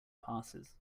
passes